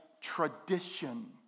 tradition